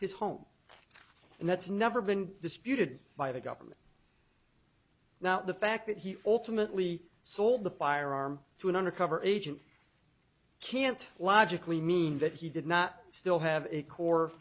his home and that's never been disputed by the government now the fact that he ultimately sold the firearm to an undercover agent can't logically mean that he did not still have a core